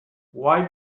why